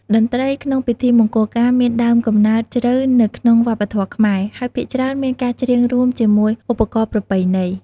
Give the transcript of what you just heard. តន្ត្រីក្នុងពិធីមង្គលការមានដើមកំណើតជ្រៅនៅក្នុងវប្បធម៌ខ្មែរ ហើយភាគច្រើនមានការច្រៀងរួមជាមួយឧបករណ៍ប្រពៃណី។